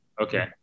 okay